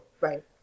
Right